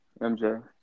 MJ